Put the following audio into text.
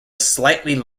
slightly